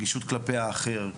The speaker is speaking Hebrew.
רגישות כלפי האחר,